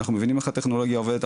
אנחנו מבינים איך הטכנולוגיה עובדת,